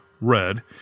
red